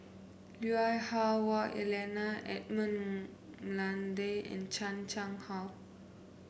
Lui Hah Wah Elena Edmund Blundell and Chan Chang How